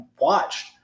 watched